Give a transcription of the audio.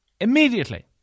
Immediately